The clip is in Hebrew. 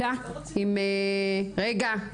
עם חן?